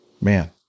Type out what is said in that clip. man